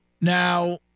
Now